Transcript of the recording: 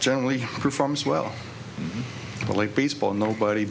generally performs well but like baseball nobody